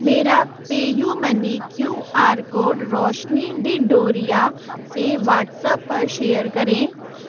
मेरा PayUmoney Q R code Roshni Didoria से WhatsApp पर शेयर करें